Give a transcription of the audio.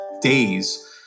days